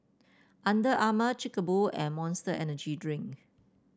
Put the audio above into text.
Under Armour Chic A Boo and Monster Energy Drink